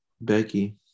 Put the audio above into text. Becky